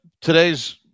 today's